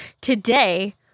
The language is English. Today